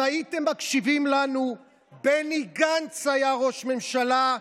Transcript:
אם הייתם מקשיבים לנו בני גנץ היה ראש ממשלה,